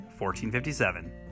1457